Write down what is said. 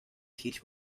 teach